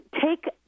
take